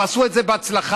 ועשו את זה בהצלחה.